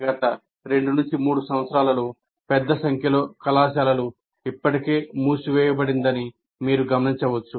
గత 2 3 సంవత్సరాల్లో పెద్ద సంఖ్యలో కళాశాలలు ఇప్పటికే మూసివేయబడిందని మీరు గమనించవచ్చు